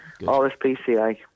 RSPCA